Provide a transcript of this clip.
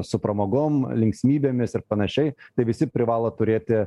su pramogom linksmybėmis ir panašiai tai visi privalo turėti